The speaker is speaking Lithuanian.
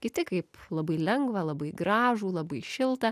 kiti kaip labai lengvą labai gražų labai šiltą